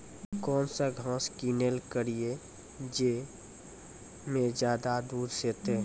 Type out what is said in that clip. कौन घास किनैल करिए ज मे ज्यादा दूध सेते?